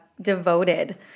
devoted